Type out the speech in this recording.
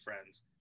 friends